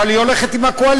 אבל היא הולכת עם הקואליציה.